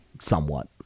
Somewhat